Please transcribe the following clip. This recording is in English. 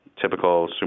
typical